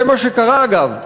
זה מה שקרה, אגב,